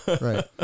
Right